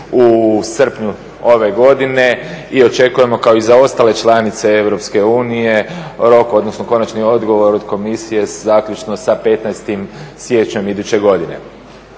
u srpnju ove godine i očekujemo kao i za ostale članice Europske unije rok odnosno konačni odgovor od Komisije zaključno sa 15. siječnjem iduće godine.